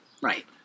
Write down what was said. right